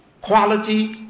quality